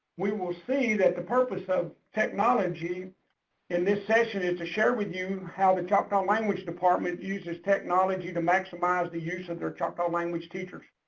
we will see that the purpose of technology in this session is to share with you how the choctaw language department uses technology to maximize the use of their choctaw language teachers.